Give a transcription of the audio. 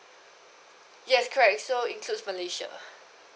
yes correct so includes malaysia